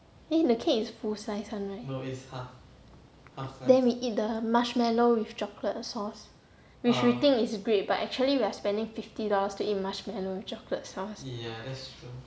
eh the cake is full size [one] right then we eat the marshmallow with chocolate sauce which we think is great but actually we are spending fifty dollars to eat marshmallow with chocolate sauce